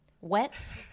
Wet